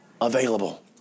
Available